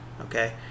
Okay